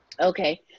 Okay